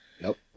Nope